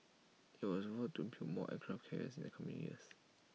IT was vowed to build more aircraft carriers in the coming years